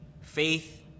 faith